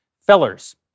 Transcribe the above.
Fellers